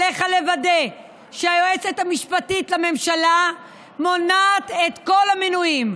עליך לוודא שהיועצת המשפטית לממשלה מונעת את כל המינויים,